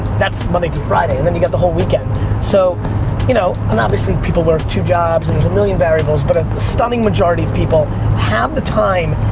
that's monday through friday, and then you got the whole weekend. so you know and obviously people work two jobs, and there's a million variables, but a stunning majority of people have the time,